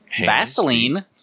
Vaseline